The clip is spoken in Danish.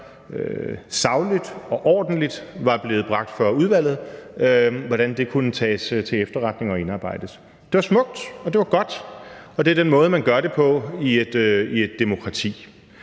sagligt og ordentligt var blevet bragt for udvalget, til efterretning og indarbejde dem. Det var smukt, og det var godt, og det er den måde, man gør det på i et demokrati.